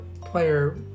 player